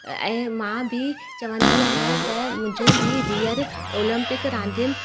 ऐं मां बि चवंदी आहियां त मुंहिंजूं बि धीअर ओलंपिक रांदियुनि में